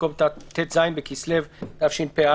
במקום "ט"ז בכסלו התשפ"א